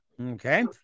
Okay